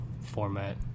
format